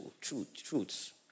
truths